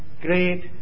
great